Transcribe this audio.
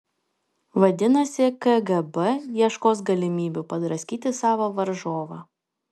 vadinasi kgb ieškos galimybių padraskyti savo varžovą